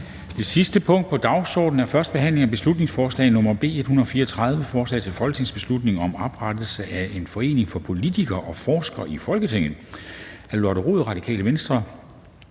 Det sidste punkt på dagsordenen er: 5) 1. behandling af beslutningsforslag nr. B 134: Forslag til folketingsbeslutning om oprettelse af en forening for politikere og forskere i Folketinget. Af Lotte Rod (RV)